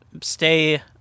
stay